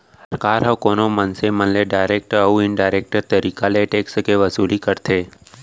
सरकार ह कोनो मनसे मन ले डारेक्ट अउ इनडारेक्ट तरीका ले टेक्स के वसूली करथे